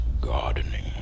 gardening